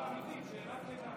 השרה, אמיתית, שאלת ביניים.